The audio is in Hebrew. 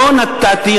לא נתתי,